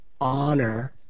honor